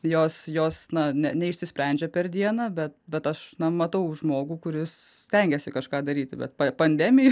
jos jos na ne neišsisprendžia per dieną bet bet aš na matau žmogų kuris stengiasi kažką daryti bet pa pandemija